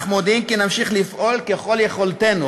אך מודיעים כי נמשיך לפעול ככל יכולתנו,